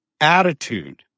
attitude